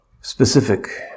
specific